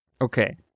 Okay